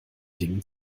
dingen